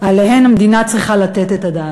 שעליהן המדינה צריכה לתת את הדעת.